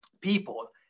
people